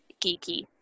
geeky